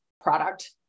product